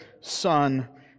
Son